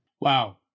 Wow